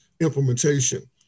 implementation